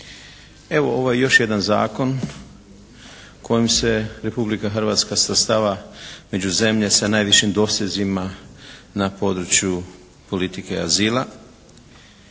Evo, ovo je još jedan zakon kojim se Republika Hrvatska svrstava među zemlje sa najvišim dosezima na području politike azila.